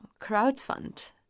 crowdfund